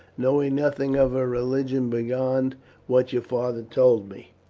knowing nothing of her religion beyond what your father told me.